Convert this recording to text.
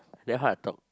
then how I talk